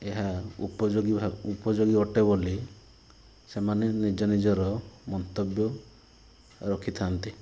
ଏହା ଉପଯୋଗୀ ଭା ଉପଯୋଗୀ ଅଟେ ବୋଲି ସେମାନେ ନିଜ ନିଜର ମନ୍ତବ୍ୟ ରଖିଥାନ୍ତି